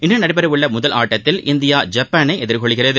இன்று நடைபெற உள்ள முதல் ஆட்டத்தில் இந்தியா ஜப்பானை எதிர்கொள்கிறது